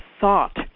thought